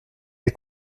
les